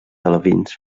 alevins